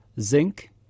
zinc